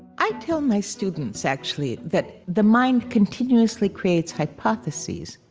i tell my students, actually, that the mind continuously creates hypotheses,